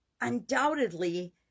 undoubtedly